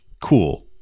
Cool